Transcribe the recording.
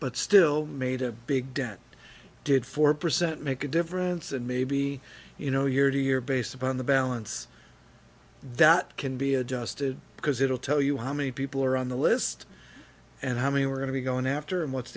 but still made a big dent did four percent make a difference and maybe you know year to year based upon the balance that can be adjusted because it'll tell you how many people are on the list and how many we're going to be going after and what's